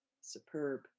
superb